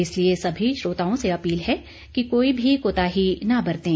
इसलिए सभी श्रोताओं से अपील है कि कोई भी कोताही न बरतें